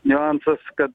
niuansas kad